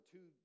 Two